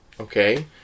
Okay